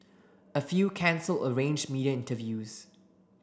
a few cancel arrange media interviews